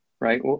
right